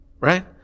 right